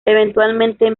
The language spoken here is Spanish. eventualmente